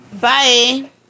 Bye